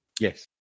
Yes